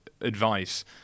advice